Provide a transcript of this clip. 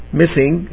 missing